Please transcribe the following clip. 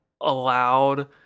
allowed